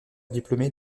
diplômé